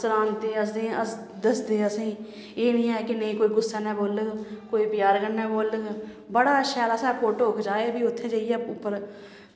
सनांदे असेंगी दसदे असेंगी एह् नी ऐ कि नेईं कोई गुस्से नै बोलग कोई प्यार कन्नै बोलग बड़ा शैल फ्ही असें फोटो खचाए फ्ही उत्थै जाइयै उप्पर